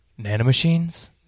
Nanomachines